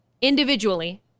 individually